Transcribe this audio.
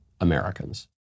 Americans